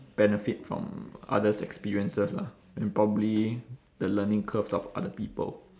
benefit from other's experiences lah and probably the learning curves of other people